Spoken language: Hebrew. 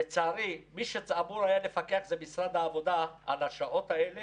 לצערי מי שאמור היה לפקח זה משרד העבודה על השעות האלה